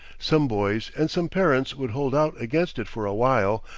some boys and some parents would hold out against it for a while,